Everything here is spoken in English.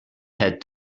had